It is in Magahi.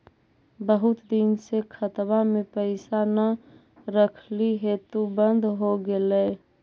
बहुत दिन से खतबा में पैसा न रखली हेतू बन्द हो गेलैय?